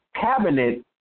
cabinet